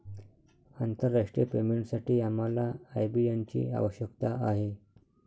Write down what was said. आंतरराष्ट्रीय पेमेंटसाठी आम्हाला आय.बी.एन ची आवश्यकता आहे